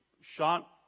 shot